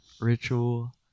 Ritual